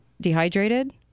dehydrated